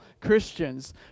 Christians